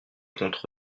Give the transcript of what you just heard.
contre